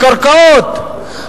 הקרקעות.